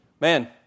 man